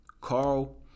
Carl